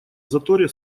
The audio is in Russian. заторе